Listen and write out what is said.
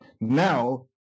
Now